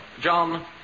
John